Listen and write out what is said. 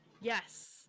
Yes